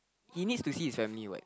he needs to see his family what